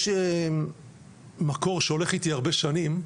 יש מקור שהולך איתי הרבה שנים,